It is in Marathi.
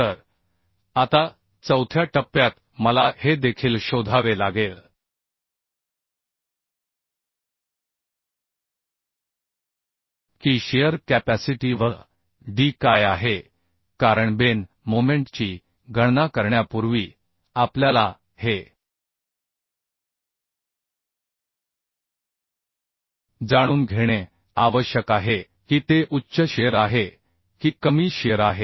तर आता चौथ्या टप्प्यात मला हे देखील शोधावे लागेल की शिअर कॅपॅसिटी V d काय आहे कारणबेन मोमेंट ची गणना करण्यापूर्वी आपल्याला हे जाणून घेणे आवश्यक आहे की ते उच्च शिअर आहे की कमी शिअर आहे